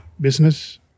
business